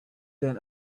than